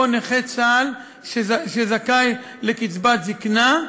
או נכה צה"ל שזכאי לקצבת זיקנה,